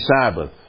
Sabbath